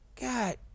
God